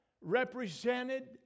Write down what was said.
represented